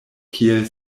kiel